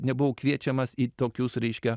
nebuvau kviečiamas į tokius reiškia